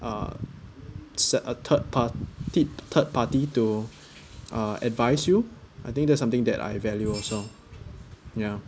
uh set a third party third party to uh advise you I think that's something that I value also ya